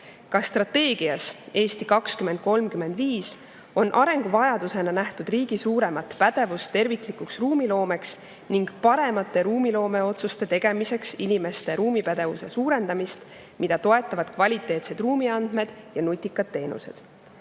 Ka strateegias "Eesti 2035" on arenguvajadusena nähtud riigi suuremat pädevust terviklikuks ruumiloomeks ning paremate ruumiloomeotsuste tegemiseks inimeste ruumipädevuse suurendamist, mida toetavad kvaliteetsed ruumiandmed ja nutikad teenused. Soovin